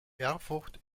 erfurt